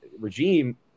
regime